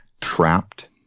trapped